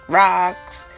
rocks